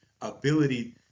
ability